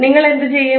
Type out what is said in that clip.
നിങ്ങൾ എന്തു ചെയ്യും